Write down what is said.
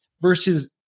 versus